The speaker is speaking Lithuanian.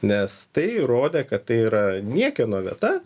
nes tai rodė kad tai yra niekieno vieta